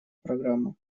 программа